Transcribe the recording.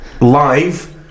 live